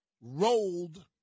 rolled